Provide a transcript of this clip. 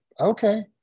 okay